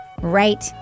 Right